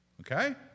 Okay